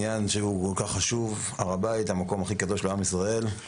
הר הבית הוא המקום הכי קדוש לעם ישראל.